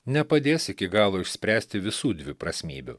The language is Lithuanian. nepadės iki galo išspręsti visų dviprasmybių